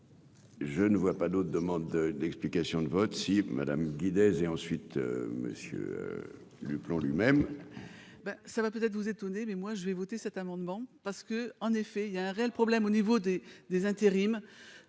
Je ne vois pas d'autres demandes d'explications de vote si Madame Guinness et ensuite monsieur le plan lui-même. Bah, ça va peut-être vous étonner, mais moi je vais voter cet amendement parce que en effet il y a un réel problème au niveau des des intérims